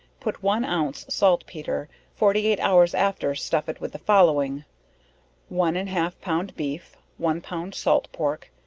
put one ounce salt-petre, forty eight hours after stuff it with the following one and half pound beef, one pound salt pork,